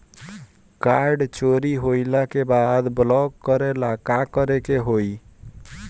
Card चोरी होइला के बाद ब्लॉक करेला का करे के होई?